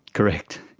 correct.